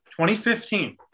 2015